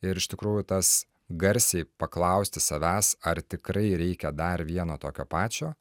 ir iš tikrųjų tas garsiai paklausti savęs ar tikrai reikia dar vieno tokio pačio